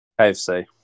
kfc